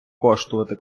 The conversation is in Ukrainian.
коштувати